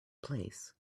place